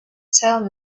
tell